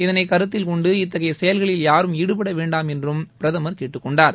இதனை கருத்தில்கொண்டு இத்தகைய செயல்களில் யாரும் ஈடுபட வேண்டாம் என்றும் அவர் கேட்டுக் கொண்டார்